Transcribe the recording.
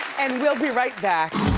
and we'll be right back.